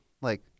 like-